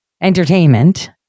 entertainment